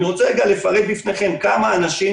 אני רוצה לפרט בפניכם כמה אנשים